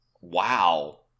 Wow